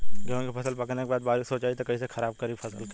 गेहूँ के फसल पकने के बाद बारिश हो जाई त कइसे खराब करी फसल के?